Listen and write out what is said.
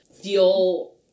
feel